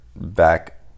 back